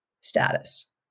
status